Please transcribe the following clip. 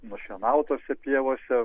nušienautose pievose